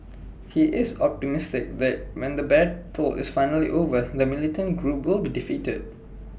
he is optimistic that when the battle is finally over the militant group will be defeated